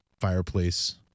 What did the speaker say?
fireplace